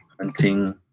hunting